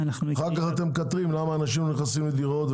אחר כך אתם מקטרים למה אנשים לא נכנסים לדירות,